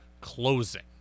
closing